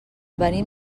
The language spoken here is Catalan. venim